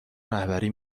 رهبری